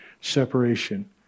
separation